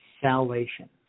salvation